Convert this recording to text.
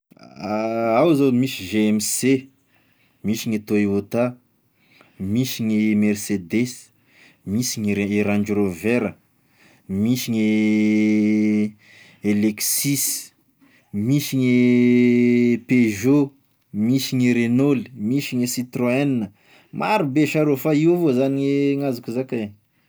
Ao zao misy GMC, misy gny Toyota, misy gny Mercedes, misy gny e i Range rover, misy gny e e Lexus, misy gny e Peugeot, misy gny e Renault, misy gne Citroen marobe sha rô fa io avao zany e gn'azoko zakay.